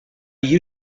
you